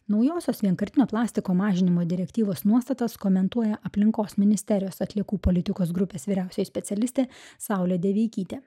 naujosios vienkartinio plastiko mažinimo direktyvos nuostatas komentuoja aplinkos ministerijos atliekų politikos grupės vyriausioji specialistė saulė deveikytė